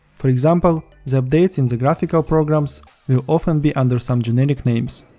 for example, the updates in the graphical programs will often be under some generic names.